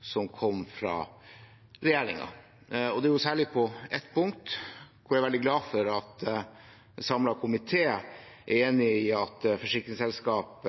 som kom fra regjeringen, særlig på ett punkt: Jeg er veldig glad for at en samlet komité er enig i at forsikringsselskap